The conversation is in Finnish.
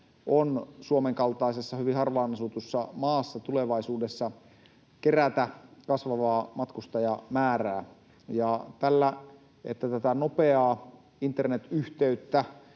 on Suomen kaltaisessa hyvin harvaan asutussa maassa tulevaisuudessa kerätä kasvavaa matkustajamäärää. Tällä, että tätä nopeaa internetyhteyttä